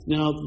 Now